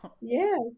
Yes